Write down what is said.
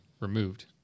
removed